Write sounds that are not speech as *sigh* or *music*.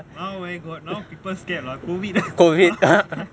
now where got now people scared lah COVID *laughs*